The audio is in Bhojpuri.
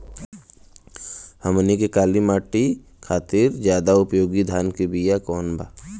हमनी के काली माटी खातिर ज्यादा उपयोगी धान के बिया कवन बा?